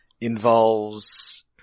involves